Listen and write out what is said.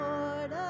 Lord